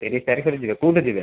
ତିରିଶ ତାରିଖରେ ଯିବେ କେଉଁଠୁ ଯିବେ